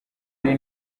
ari